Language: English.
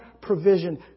provision